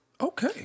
Okay